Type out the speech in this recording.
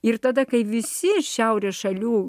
ir tada kai visi šiaurės šalių